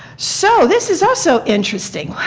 so this is also interesting.